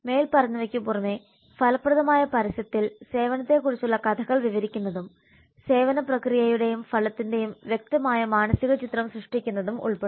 മേൽപ്പറഞ്ഞവയ്ക്ക് പുറമേ ഫലപ്രദമായ പരസ്യത്തിൽ സേവനത്തെക്കുറിച്ചുള്ള കഥകൾ വിവരിക്കുന്നതും സേവന പ്രക്രിയയുടെയും ഫലത്തിന്റെയും വ്യക്തമായ മാനസിക ചിത്രം സൃഷ്ടിക്കുന്നതും ഉൾപ്പെടുന്നു